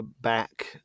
back